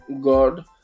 God